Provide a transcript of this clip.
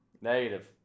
Negative